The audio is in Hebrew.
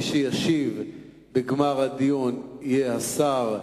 מי שישיב בגמר הדיון יהיה השר,